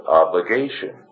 obligation